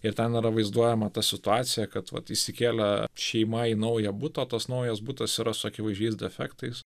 ir ten yra vaizduojama ta situacija kad vat įsikėlė šeima į naują butą tas naujas butas yra su akivaizdžiais defektais